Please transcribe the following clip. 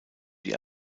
die